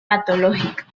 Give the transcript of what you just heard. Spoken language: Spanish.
patológica